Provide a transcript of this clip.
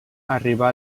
arriba